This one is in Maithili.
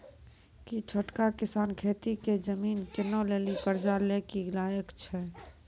कि छोटका किसान खेती के जमीन किनै लेली कर्जा लै के लायक छै?